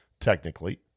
technically